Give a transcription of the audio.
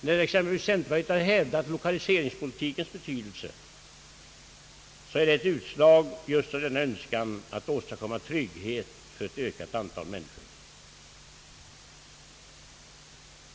När exempelvis centerpartiet hävdat lokaliseringspolitikens betydelse, är det ett utslag av just en önskan att åstadkomma trygghet för ett ökat antal människor.